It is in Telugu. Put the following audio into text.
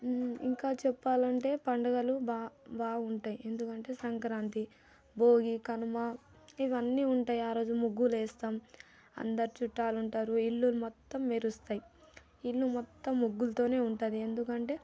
ఇంకా చెప్పాలంటే పండుగలు బాగుంటాయి ఎందుకంటే సంక్రాంతి భోగి కనుమ ఇవన్నీ ఉంటాయి ఆ రోజు ముగ్గులు వేస్తాం అందరూ చుట్టాలు ఉంటారు ఇల్లు మొత్తం మెరుస్తాయి ఇల్లు మొత్తం ముగ్గులతోనే ఉంటుంది ఎందుకంటే